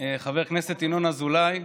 חבר הכנסת ינון אזולאי,